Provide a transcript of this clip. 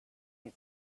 you